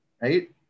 right